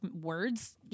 words